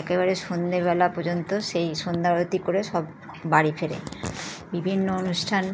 একেবারে সন্ধ্যেবেলা পযন্ত সেই সন্ধ্যা আরতি করে সব বাড়ি ফেরে বিভিন্ন অনুষ্ঠান